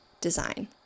design